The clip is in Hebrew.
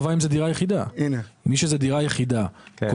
מי שזו הדירה היחידה שלו,